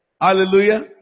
Hallelujah